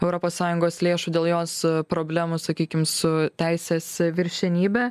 europos sąjungos lėšų dėl jos problemos sakykim su teisės viršenybe